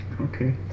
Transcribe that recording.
Okay